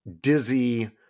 dizzy